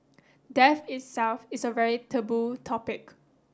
death itself is a very taboo topic